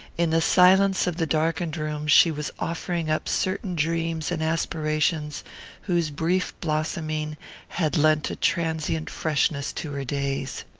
in the silence of the darkened room she was offering up certain dreams and aspirations whose brief blossoming had lent a transient freshness to her days.